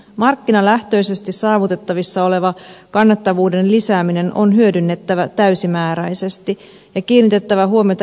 markkinalähtöisesti saavutettavissa oleva kannattavuuden lisääminen on hyödynnettävä täysimääräisesti ja kiinnitettävä huomiota elintarvikkeiden hinnanmuodostukseen